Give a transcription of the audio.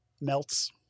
melts